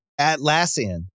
Atlassian